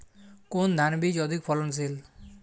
কোন ধান বীজ অধিক ফলনশীল?